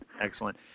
Excellent